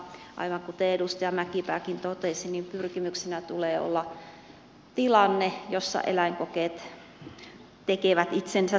mutta aivan kuten edustaja mäkipääkin totesi niin pyrkimyksenä tulee olla tilanne jossa eläinkokeet tekevät itsensä tarpeettomiksi